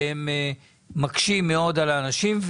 שהם מקשים מאוד על אנשים,